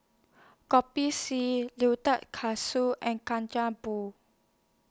Kopi C Katsu and Kacang Pool